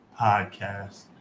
podcast